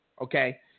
okay